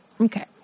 Okay